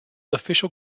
official